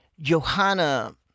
Johanna